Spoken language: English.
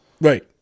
Right